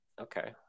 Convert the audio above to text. Okay